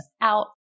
out